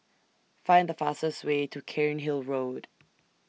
Find The fastest Way to Cairnhill Road